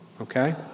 Okay